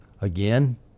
Again